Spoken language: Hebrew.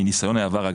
מניסיון העבר,